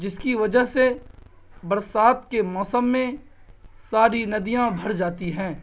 جس کی وجہ سے برسات کے موسم میں ساری ندیاں بھر جاتی ہیں